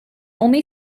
only